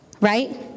Right